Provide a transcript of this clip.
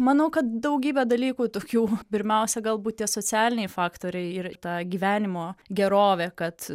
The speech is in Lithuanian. manau kad daugybė dalykų tokių pirmiausia galbūt tie socialiniai faktoriai ir ta gyvenimo gerovė kad